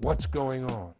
what's going on